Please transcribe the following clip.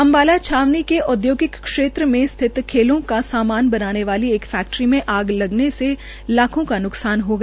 अंबाला छावनी के औद्योगिक क्षेत्र में स्थित खेलों का सामान बनाने वाली एक फैक्ट्री में आग लगने से लाखों का नुक्सान हो गया